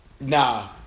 Nah